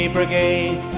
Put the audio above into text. Brigade